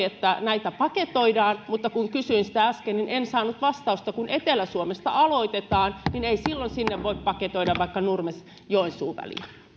että näitä paketoidaan mutta kun kysyin sitä äsken niin en saanut vastausta kun etelä suomesta aloitetaan niin ei silloin sinne voi paketoida vaikka nurmes joensuu väliä